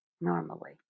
normally